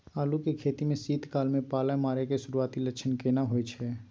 आलू के खेती में शीत काल में पाला मारै के सुरूआती लक्षण केना होय छै?